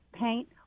paint